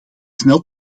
snel